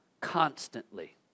constantly